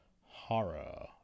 horror